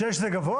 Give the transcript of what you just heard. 6 זה גבוה?